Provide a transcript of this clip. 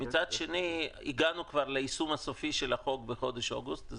ומצד שני הגענו כבר ליישום הסופי של החוק בחודש אוגוסט.